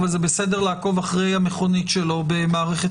אבל זה בסדר לעקוב אחרי המכונית שלו במערכת